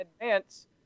advance